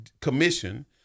commission